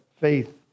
faith